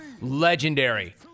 Legendary